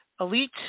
Elite